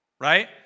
Right